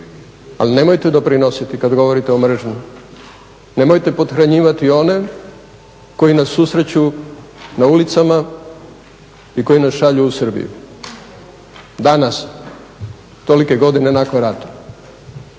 ali nemojte doprinositi kada govorite o mržnji, nemojte pothranjivati one koji nas susreću na ulicama i koji nas šalju u Srbiju, danas, tolike godine nakon rata.